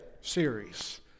series